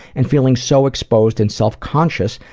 and feeling so exposed and self conscious,